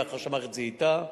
לאחר שהמערכת זיהתה.